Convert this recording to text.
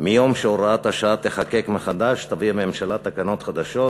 מיום שהוראת השעה תיחקק מחדש תביא הממשלה תקנות חדשות